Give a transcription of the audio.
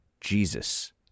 Jesus